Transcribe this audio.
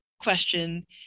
question